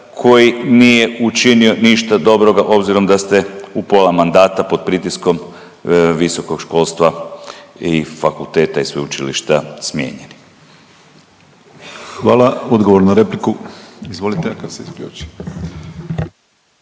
koji nije učinio ništa dobroga obzirom da ste u pola mandata pod pritiskom visokog školstva i fakulteta i sveučilišta smijenjeni? **Penava, Ivan (DP)** Hvala. Odgovor na repliku,